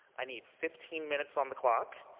i need fifteen minutes on the clock,